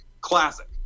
classic